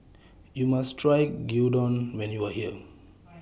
YOU must Try Gyudon when YOU Are here